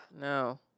No